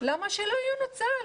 למה שלא ינוצל?